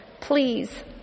please